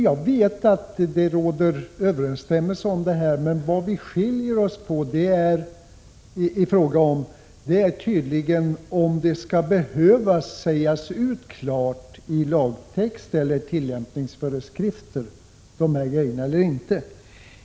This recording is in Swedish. Jag vet att det råder överensstämmelse i uppfattningarna på denna punkt, men vi skiljer oss tydligen i vad gäller behovet av att detta krav klart skall framgå av lagtext eller tillämpningsföreskrifter.